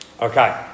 Okay